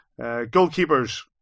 Goalkeepers